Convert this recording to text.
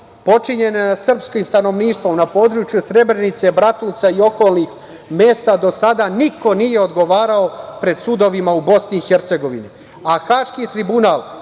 počinjene na srpskim stanovništvom na području Srebrenice, Bratunca i okolnih mesta do sada niko nije odgovarao pred sudovima u BiH,